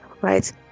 Right